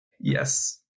Yes